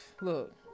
look